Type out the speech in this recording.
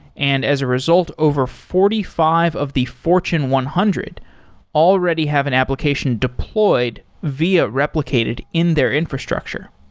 and as a result, over forty five of the fortune one hundred already have an application deployed via replicated in their infrastructure.